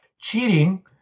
cheating